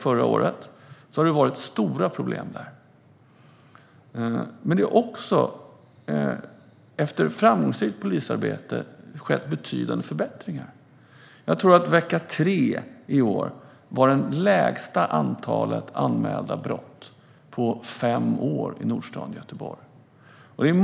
Där har funnits stora problem, men efter ett framgångsrikt polisarbete har det skett betydande förbättringar. Jag tror att man under vecka 3 i år hade det minsta antalet anmälda brott i Nordstan i Göteborg på fem år.